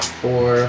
four